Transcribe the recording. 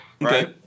Right